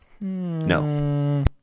No